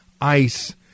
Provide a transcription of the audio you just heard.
ICE